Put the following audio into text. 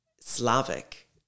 Slavic